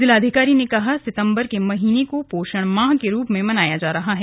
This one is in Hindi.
जिलाधिकारी ने कहा सितम्बर के महीने को पोषण माह के रूप मे मनाया जा रहा है